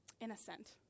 Innocent